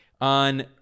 on